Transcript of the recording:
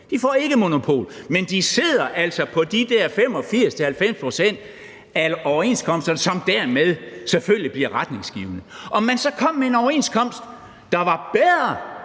de får ikke monopol, men de sidder altså på de der 85-90 pct. af overenskomsterne, som dermed selvfølgelig bliver retningsgivende. Om man så kom med en overenskomst, der var bedre